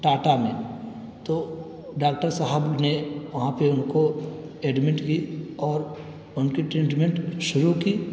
ٹاٹا میں تو ڈاکٹر صاحب نے وہاں پہ ان کو ایڈمٹ کی اور ان کی ٹرنٹمنٹ شروع کی